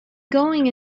going